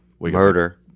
Murder